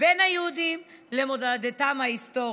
בין היהודים למולדתם ההיסטורית.